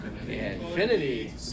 infinity